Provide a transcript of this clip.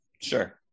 Sure